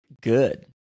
good